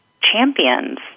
champions